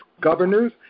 governors